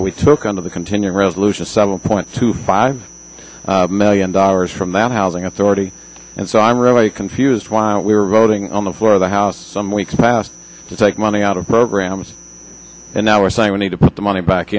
know we took on the continuing resolution seven point two five million dollars from that housing authority and so i'm really confused while we were voting on the floor of the house some weeks passed to take money out of programs and now are saying we need to put the money back